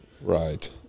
Right